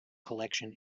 collection